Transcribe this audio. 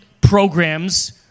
programs